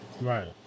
Right